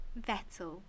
Vettel